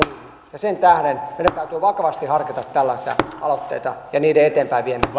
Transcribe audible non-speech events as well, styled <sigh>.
ja sen tähden meidän täytyy vakavasti harkita tällaisia aloitteita ja niiden eteenpäinviemistä <unintelligible>